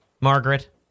Margaret